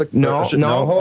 like no, no,